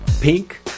pink